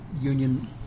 union